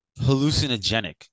hallucinogenic